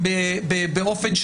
זה בוודאי,